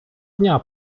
дня